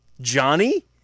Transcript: Johnny